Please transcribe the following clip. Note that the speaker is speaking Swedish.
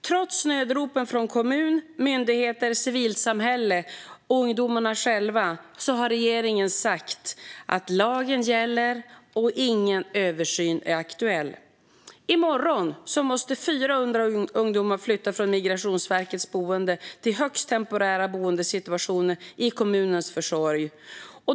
Trots nödropen från kommuner, myndigheter, civilsamhälle och ungdomarna själva har regeringen sagt att lagen gäller och att ingen översyn är aktuell. I morgon måste 400 ungdomar flytta från Migrationsverkets boende till högst temporära bostäder genom kommunens försorg.